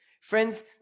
Friends